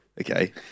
Okay